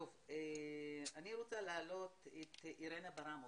אני רוצה להעלות את אירנה ברמוב.